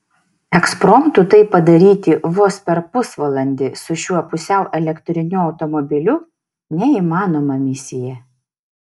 ekspromtu tai padaryti vos per pusvalandį su šiuo pusiau elektriniu automobiliu neįmanoma misija